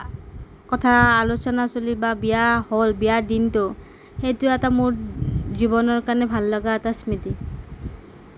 কথা আলোচনা চলিল বা বিয়া হ'ল বিয়াৰ দিনটো সেইটো এটা মোৰ জীৱনৰ কাৰণে ভাল লগা এটা স্মৃতি